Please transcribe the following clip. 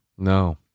No